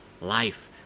life